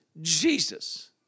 Jesus